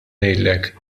ngħidlek